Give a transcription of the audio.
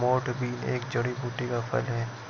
मोठ बीन एक जड़ी बूटी का फल है